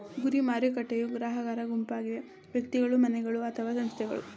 ಗುರಿ ಮಾರುಕಟ್ಟೆಯೂ ಗ್ರಾಹಕರ ಗುಂಪಾಗಿದೆ ವ್ಯಕ್ತಿಗಳು, ಮನೆಗಳು ಅಥವಾ ಸಂಸ್ಥೆಗಳು